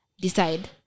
decide